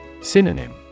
Synonym